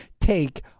take